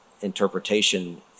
interpretation